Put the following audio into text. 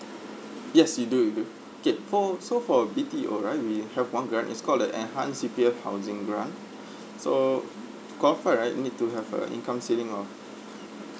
yes we do we do okay for so for B_T_O right we have one grant it's called the enhanced C_P_F housing grant so t~ qualify right you need to have a income saving of